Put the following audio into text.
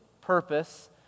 purpose